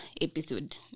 episode